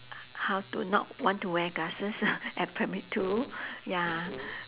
how to not want to wear glasses at primary two ya